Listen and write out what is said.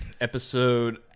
episode